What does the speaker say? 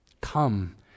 come